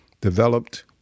developed